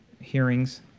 hearings